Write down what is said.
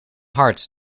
hard